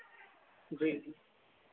जी